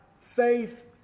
faith